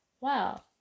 Wow